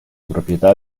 proprietà